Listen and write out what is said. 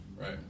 right